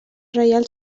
reial